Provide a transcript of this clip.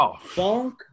funk